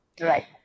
Right